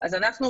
אז אנחנו,